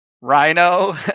Rhino